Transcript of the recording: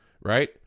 right